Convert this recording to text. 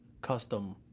custom